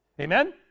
Amen